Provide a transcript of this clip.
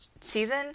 season